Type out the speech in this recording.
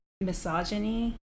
misogyny